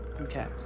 okay